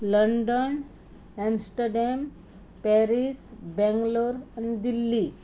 London Amsterdam Paris Bangalore आनी दिल्ली